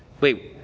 wait